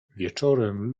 wieczorem